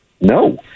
No